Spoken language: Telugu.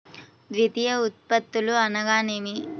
ద్వితీయ ఉత్పత్తులు అనగా నేమి?